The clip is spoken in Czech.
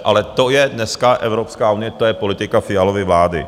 Ale to je dneska Evropská unie, to je politika Fialovy vlády.